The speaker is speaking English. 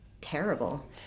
terrible